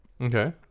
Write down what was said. Okay